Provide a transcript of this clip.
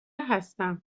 هستم